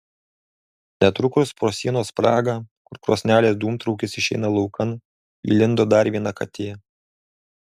netrukus pro sienos spragą kur krosnelės dūmtraukis išeina laukan įlindo dar viena katė